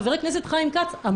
חבר הכנסת חיים כץ,